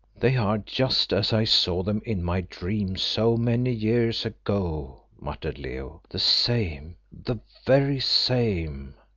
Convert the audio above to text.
they are just as i saw them in my dream so many years ago, muttered leo the same, the very same.